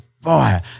boy